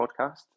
podcast